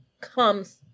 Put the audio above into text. comes